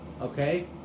Okay